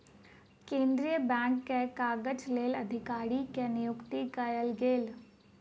केंद्रीय बैंक के काजक लेल अधिकारी के नियुक्ति कयल गेल